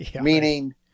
meaning